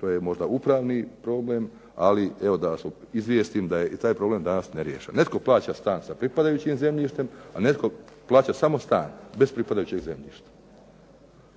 To je možda upravni problem ali evo da vas izvijestim da je danas taj problem ne riješen. Netko plaća stan sa pripadajućim zemljištem, a netko plaća samo stan bez pripadajućeg zemljišta.